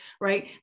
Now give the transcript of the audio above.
right